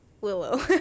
Willow